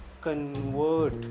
convert